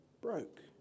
broke